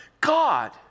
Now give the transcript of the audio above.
God